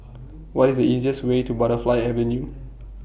What IS The easiest Way to Butterfly Avenue